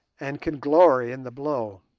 and can glory in the blow.